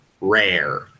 rare